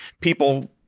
people